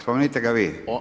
Spomenite ga vi.